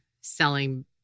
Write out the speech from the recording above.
selling